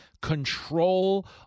control